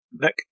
Nick